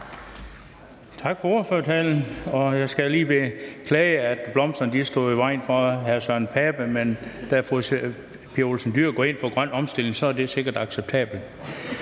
Tak for ordførertalen. Jeg skal lige beklage, at blomsterne stod i vejen for hr. Søren Pape Poulsen, men da fru Pia Olsen Dyhr går ind for grøn omstilling, er det sikkert acceptabelt.